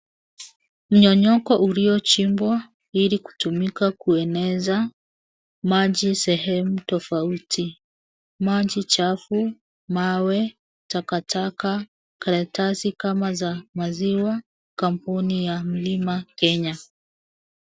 Mnyonyoko ulio chimbwa ilikutumika kueneza maji sehemu tofauti, maji chafu, mawe, takataka, karatasi kama za maziwa, kampuni ya Mlima Kenya.